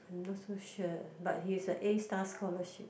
I'm not so sure but he's a A-star scholarship